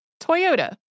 Toyota